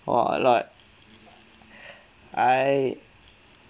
!wah! a lot I